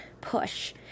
push